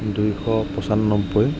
দুইশ পঁচান্নব্বৈ